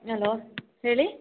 hello ಹೇಳಿ